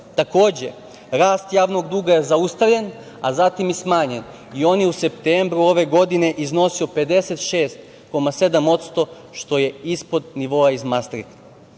Takođe, rast javnog duga je zaustavljen, a zatim i smanjen i on je u septembru ove godine iznosio 56,7% što je ispod nivoa iz Mastrihta. Na